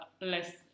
less